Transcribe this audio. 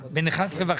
סעיפים 5(1)